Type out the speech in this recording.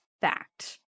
fact